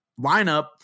lineup